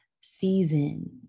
season